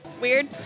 Weird